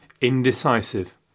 indecisive